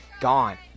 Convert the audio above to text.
gone